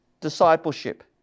discipleship